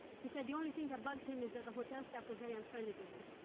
he said the only thing that bugged him is that the hotel staff was very unfriendly to him.